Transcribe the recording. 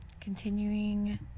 continuing